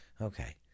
Okay